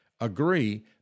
agree